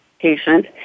patient